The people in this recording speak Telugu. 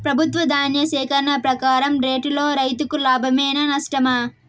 ప్రభుత్వం ధాన్య సేకరణ ప్రకారం రేటులో రైతుకు లాభమేనా నష్టమా?